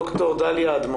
אם מדברים בסולם של אחד עד 10,